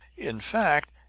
in fact,